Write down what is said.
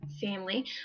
family